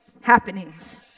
happenings